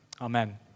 Amen